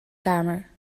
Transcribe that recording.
kamer